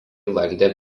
valdė